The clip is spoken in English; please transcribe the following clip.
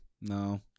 No